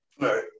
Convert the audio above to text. right